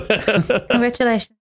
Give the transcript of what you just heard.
congratulations